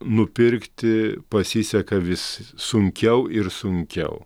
nupirkti pasiseka vis sunkiau ir sunkiau